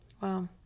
Wow